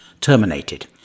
terminated